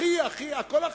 הכי הכי, הכול הכי.